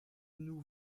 nous